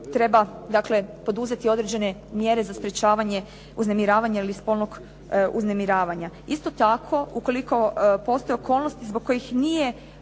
dakle, poduzeti određene mjere za sprječavanje uznemiravanja ili spolnog uznemiravanja. Isto tako ukoliko postoje okolnosti zbog kojih nije